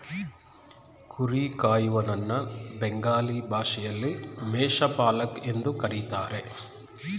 ಕುರಿ ಕಾಯುವನನ್ನ ಬೆಂಗಾಲಿ ಭಾಷೆಯಲ್ಲಿ ಮೇಷ ಪಾಲಕ್ ಎಂದು ಕರಿತಾರೆ